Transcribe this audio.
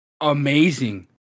amazing